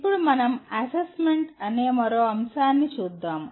ఇప్పుడు "అసెస్మెంట్" అనే మరో అంశాన్ని చూద్దాము